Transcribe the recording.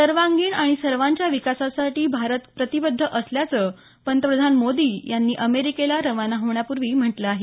सर्वांगिण आणि सर्वांच्या विकासासाठी भारत प्रतिबद्ध असल्याचा पंतप्रधान मोदी यांनी अमेरिकेला खाना होण्यापूर्वी म्हटलं आहे